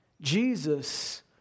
Jesus